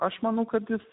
aš manau kad jis